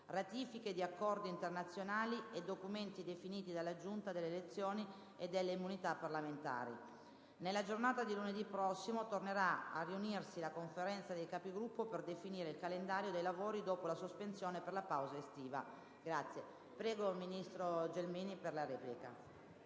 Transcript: ratifiche di accordi internazionali e documenti definiti dalla Giunta delle elezioni e delle immunità parlamentari. Nella giornata di lunedì prossimo tornerà a riunirsi la Conferenza dei Capigruppo per definire il calendario dei lavori dopo la sospensione per la pausa estiva. **Programma dei lavori